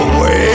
Away